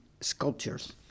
sculptures